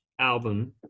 album